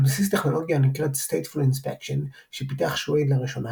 על בסיס טכנולוגיה הנקראת stateful inspection שפיתח שויד לראשונה,